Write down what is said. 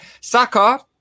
Saka